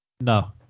No